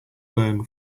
learn